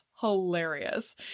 Hilarious